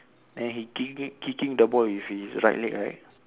then he kicking kicking the ball with his right leg right